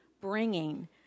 bringing